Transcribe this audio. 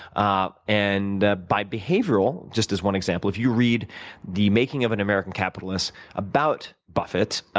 ah and ah by behavioral, just as one example, if you read the making of an american capitalist about buffett,